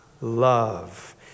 love